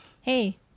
Hey